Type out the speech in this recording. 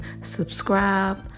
subscribe